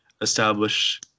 establish